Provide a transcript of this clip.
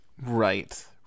Right